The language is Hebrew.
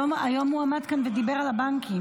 היום הוא עמד כאן ודיבר על הבנקים,